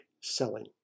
selling